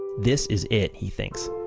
this is it. he thinks.